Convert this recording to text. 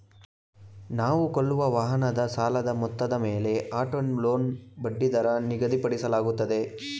ನಾವು ಕೊಳ್ಳುವ ವಾಹನದ ಸಾಲದ ಮೊತ್ತದ ಮೇಲೆ ಆಟೋ ಲೋನ್ ಬಡ್ಡಿದರ ನಿಗದಿಪಡಿಸಲಾಗುತ್ತದೆ